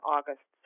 August